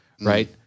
right